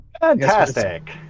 Fantastic